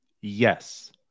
Yes